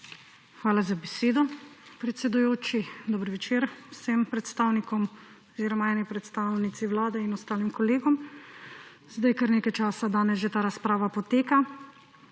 Hvala za besedo, predsedujoči. Dober večer vsem predstavnikom oziroma eni predstavnici Vlade in ostalim kolegom! Kar nekaj časa danes že ta razprava poteka